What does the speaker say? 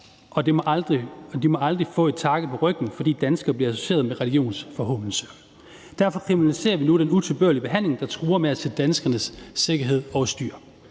må aldrig blivet tagget på ryggen, fordi de bliver associeret med religionsforhånelse. Derfor kriminaliserer vi nu den utilbørlige behandling, der truer med at sætte danskernes sikkerhed over styr.